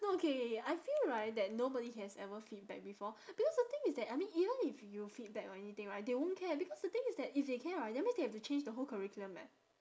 no K K K I feel right that nobody has ever feedback before because the thing is that I mean even if you feedback or anything right they won't care because the thing is that if they care right that means they have to change the whole curriculum leh